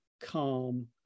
calm